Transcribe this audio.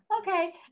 okay